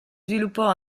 sviluppò